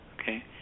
Okay